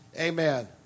Amen